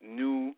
new